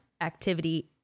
activity